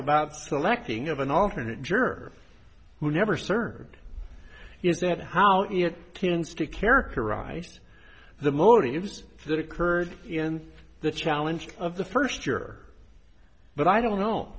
about selecting of an alternate juror who never served is that how it tends to characterized the motives that occurred in the challenge of the first year but i don't know